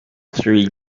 three